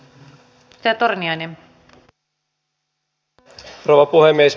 arvoisa rouva puhemies